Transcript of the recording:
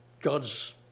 God's